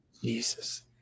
Jesus